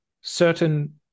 certain